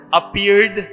appeared